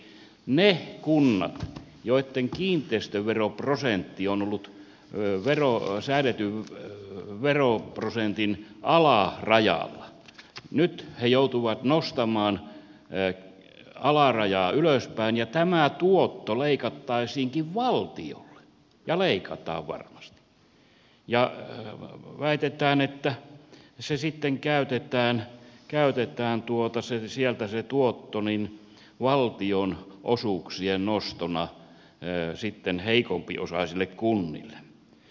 ne kunnat joitten kiinteistöveroprosentti on ollut säädetyn veroprosentin alarajalla joutuvat nyt nostamaan alarajaa ylöspäin ja tämä tuotto leikattaisiinkin valtiolle ja leikataan varmasti ja väitetään että se tuotto sitten käytetään sieltä valtionosuuksien nostona heikompiosaisille kunnille